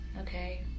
Okay